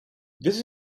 this